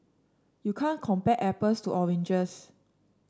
you can't compare apples to oranges